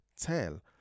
Tell